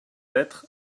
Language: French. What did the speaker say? être